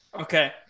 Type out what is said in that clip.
Okay